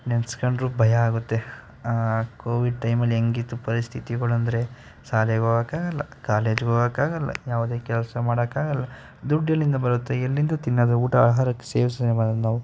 ನೆನ್ಸ್ಕೊಂಡ್ರೂ ಭಯ ಆಗುತ್ತೆ ಆ ಕೋವಿಡ್ ಟೈಮಲ್ಲಿ ಹೆಂಗಿತ್ತು ಪರಿಸ್ಥಿತಿಗಳು ಅಂದರೆ ಶಾಲೆಗೋಗೋಕ್ಕಾಗಲ್ಲ ಕಾಲೇಜ್ಗೋಗೋಕ್ಕಾಗಲ್ಲ ಯಾವುದೇ ಕೆಲಸ ಮಾಡೋಕ್ಕಾಗಲ್ಲ ದುಡ್ಡು ಎಲ್ಲಿಂದ ಬರುತ್ತೆ ಎಲ್ಲಿಂದ ತಿನ್ನೋದು ಊಟ ಆಹಾರಕ್ಕೆ ಸೇವನೆ ಮಾಡೋದು ನಾವು